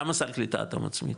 למה סל קליטה אתה מצמיד?